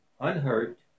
unhurt